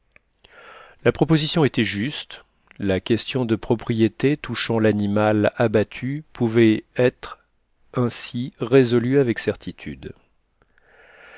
la proposition était juste la question de propriété touchant l'animal abattu pouvait être ainsi résolue avec certitude